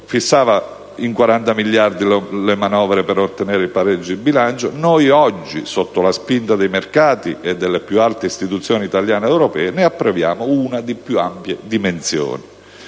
fissava in 40 miliardi la manovra per ottenere il pareggio di bilancio; noi oggi, sotto la spinta dei mercati e delle più alte istituzioni italiane ed europee, ne approviamo una di più ampie dimensioni.